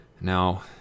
Now